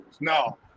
no